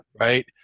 Right